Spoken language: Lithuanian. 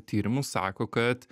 tyrimų sako kad